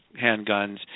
handguns